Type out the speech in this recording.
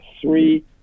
three